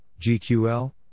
gql